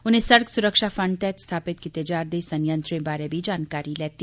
उने सडक सुरक्षा फंड तैहत स्थापित कीते जा'रदे सयंत्रे बारै बी जानकारी लैती